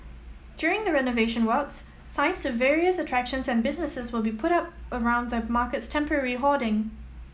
during the renovation works signs to various attractions and businesses will be put up around the market's temporary hoarding